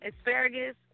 asparagus